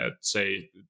say